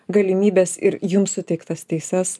galimybes ir jums suteiktas teises